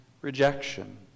rejection